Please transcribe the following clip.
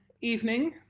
evening